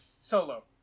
Solo